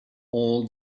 all